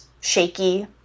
shaky